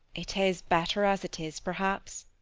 it is better as it is, perhaps.